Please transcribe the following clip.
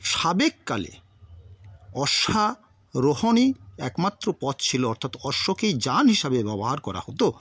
সাবেককালে অশ্বারোহণই একমাত্র পথ ছিল অর্থাৎ অশ্বকেই যান হিসাবে ব্যবহার করা হতো